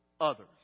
others